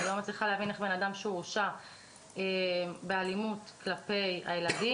אני לא מצליחה להבין איך בן אדם שהורשע באלימות כלפי הילדים,